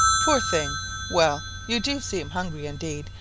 poor thing well, you do seem hungry indeed,